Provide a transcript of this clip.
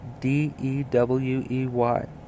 d-e-w-e-y